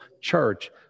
church